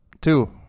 Two